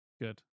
Good